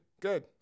Good